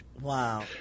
Wow